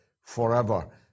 forever